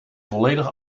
volledig